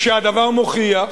כשהדבר מוכיח